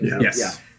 Yes